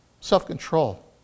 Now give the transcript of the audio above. Self-control